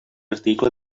article